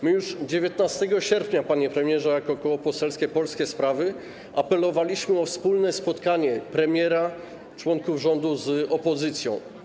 My już 19 sierpnia, panie premierze, jako Koło Poselskie Polskie Sprawy apelowaliśmy o wspólne spotkanie premiera, członków rządu z opozycją.